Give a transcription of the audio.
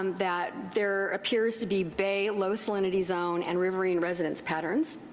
um that there appears to be bay low salinity zone and riverine residence patterns.